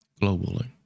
globally